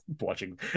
watching